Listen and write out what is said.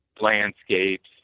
landscapes